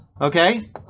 Okay